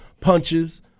punches